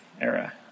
era